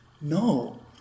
No